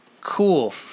Cool